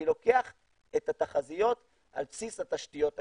אני לוקח את התחזיות על בסיס התשתיות הקיימות.